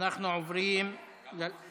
אנחנו עכשיו עוברים להצעת